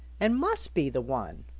and must be the one.